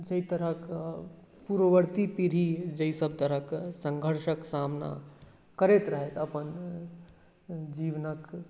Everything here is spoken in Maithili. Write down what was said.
जाहि तरहक पूर्ववर्ती पीढ़ी जाहि सभ तरहके सङ्घर्षक सामना करैत रहैत अपन जीवनके